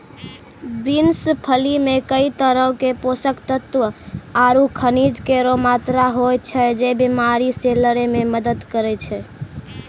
beans फली मे कई तरहो क पोषक तत्व आरु खनिज केरो मात्रा होय छै, जे बीमारी से लड़ै म मदद करै छै